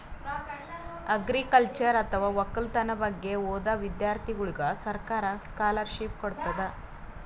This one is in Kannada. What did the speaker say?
ಅಗ್ರಿಕಲ್ಚರ್ ಅಥವಾ ವಕ್ಕಲತನ್ ಬಗ್ಗೆ ಓದಾ ವಿಧ್ಯರ್ಥಿಗೋಳಿಗ್ ಸರ್ಕಾರ್ ಸ್ಕಾಲರ್ಷಿಪ್ ಕೊಡ್ತದ್